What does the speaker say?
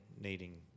needing